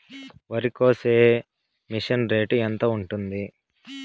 వరికోసే machine rate ఎంత ఉంటుంది?